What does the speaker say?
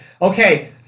Okay